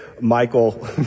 Michael